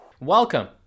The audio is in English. Welcome